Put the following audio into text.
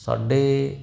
ਸਾਡੇ